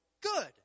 good